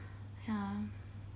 ya